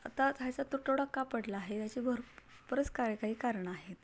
आता झायचा तुटवडा का पडला आहे याची भरपूरच काय काही कारणं आहेत